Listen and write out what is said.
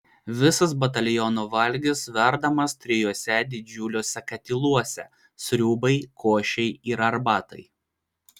visas bataliono valgis verdamas trijuose didžiuliuose katiluose sriubai košei ir arbatai